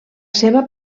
seva